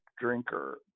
drinker